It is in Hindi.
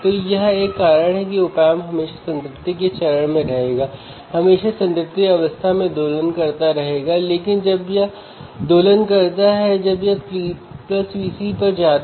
तो अब अगर मैं बफर को कनेक्ट नहीं करता हूं तो क्या होगा